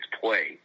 play